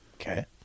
Okay